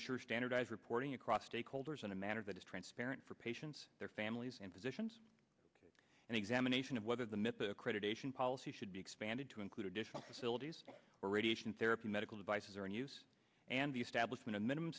ensure standardize reporting across stakeholders in a manner that is transparent for patients their families and physicians and examination of whether the myth accreditation policy should be expanded to include additional facilities or radiation therapy medical devices are in use and the establishment of minimum